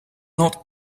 not